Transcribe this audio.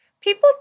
people